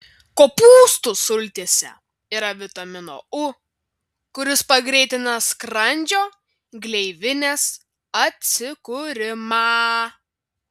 kopūstų sultyse yra vitamino u kuris pagreitina skrandžio gleivinės atsikūrimą